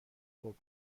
خوب